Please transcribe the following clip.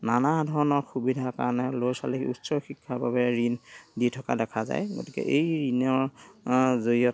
নানা ধৰণৰ সুবিধাৰ কাৰণে ল'ৰা ছোৱালীক উচ্চ শিক্ষাৰ বাবে ঋণ দি থকা দেখা যায় গতিকে এই ঋণৰ জৰিয়তে